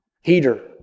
heater